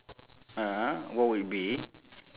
ah what would be